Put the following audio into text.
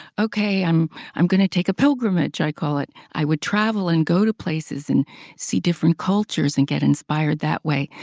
okay, i'm i'm going to take a pilgrimage, i call it. i would travel and go to places and see different cultures and get inspired that way.